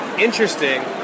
Interesting